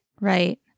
Right